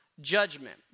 judgment